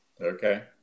Okay